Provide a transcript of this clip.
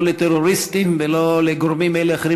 לא לטרוריסטים ולא לגורמים אחרים,